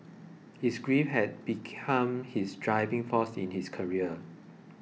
his grief had become his driving force in his career